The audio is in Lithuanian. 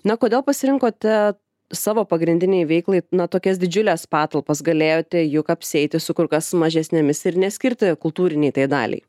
na kodėl pasirinkote savo pagrindinei veiklai na tokias didžiules patalpas galėjote juk apsieiti su kur kas mažesnėmis ir neskirti kultūrinei tai daliai